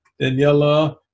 Daniela